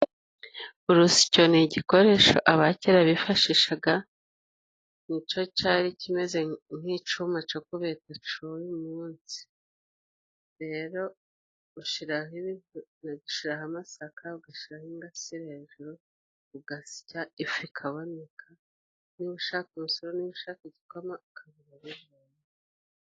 Urusyo ni igikoresho aba kera bifashishaga, nico cari kimeze nk'icuma co kubetesha n'uyu munsi. Rero ushiraho amasaka, ugashiraho n'ingasire hejuru, ugasya ifu ikaboneka, niba ushaka umusururu, niba ushaka igikoma ukabikora.